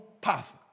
path